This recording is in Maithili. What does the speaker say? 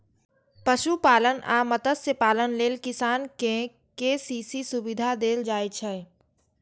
पशुपालन आ मत्स्यपालन लेल किसान कें के.सी.सी सुविधा देल जाइ छै